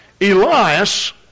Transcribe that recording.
Elias